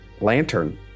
lantern